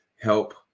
help